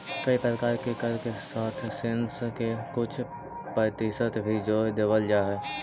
कए प्रकार के कर के साथ सेस के कुछ परतिसत भी जोड़ देवल जा हई